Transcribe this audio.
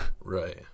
Right